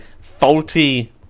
faulty